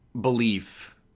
belief